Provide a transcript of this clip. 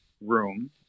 room